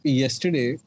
yesterday